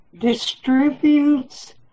distributes